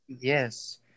Yes